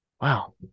Wow